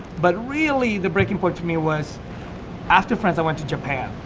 but really the breaking point for me was after france i went to japan.